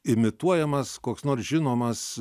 imituojamas koks nors žinomas